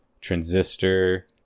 Transistor